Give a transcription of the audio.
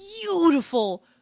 beautiful